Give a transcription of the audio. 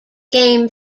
game